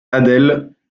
adèle